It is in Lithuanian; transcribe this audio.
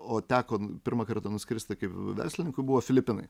o teko pirmą kartą nuskristi kaip verslininkui buvo filipinai